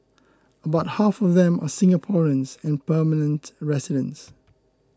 about half of them are Singaporeans and permanent residents